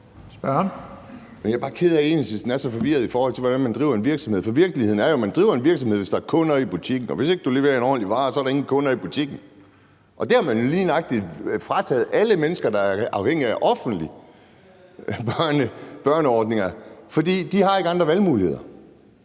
Jeg er bare ked af, at Enhedslisten er så forvirret, i forhold til hvordan man driver en virksomhed, for virkeligheden er jo, at man driver en virksomhed, hvis der er kunder i butikken, og at hvis ikke du leverer en ordentlig vare, er der ingen kunder i butikken. Det har man jo lige nøjagtig frataget alle de mennesker, der er afhængige af offentlige børneordninger, for de har ikke andre valgmuligheder.